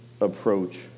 approach